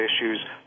issues